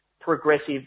progressive